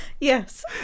Yes